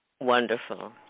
Wonderful